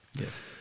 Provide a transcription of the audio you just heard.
Yes